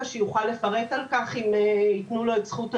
שיוכל לפרט על כך אם יתנו לו את זכות הדיבור.